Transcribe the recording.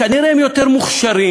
כנראה הם יותר מוכשרים,